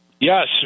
Yes